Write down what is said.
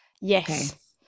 Yes